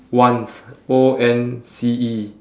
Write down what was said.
once O N C E